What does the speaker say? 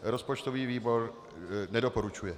Rozpočtový výbor nedoporučuje.